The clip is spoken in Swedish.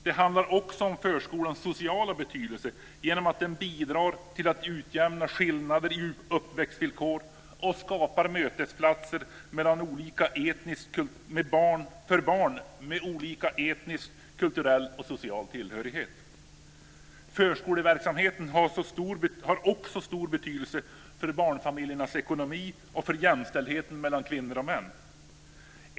Det handlar också om förskolans sociala betydelse, genom att den bidrar till att utjämna skillnader i uppväxtvillkor och skapar mötesplatser för barn med olika etnisk, kulturell och social tillhörighet. Förskoleverksamheten har också stor betydelse för barnfamiljernas ekonomi och för jämställdheten mellan kvinnor och män.